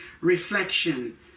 Reflection